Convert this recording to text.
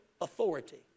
authority